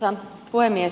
arvoisa puhemies